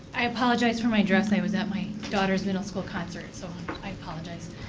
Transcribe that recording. i apologize for my dress, i was at my daughter's middle school concert, so i apologize.